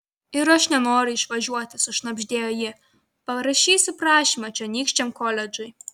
ir aš nenoriu išvažiuoti sušnabždėjo ji parašysiu prašymą čionykščiam koledžui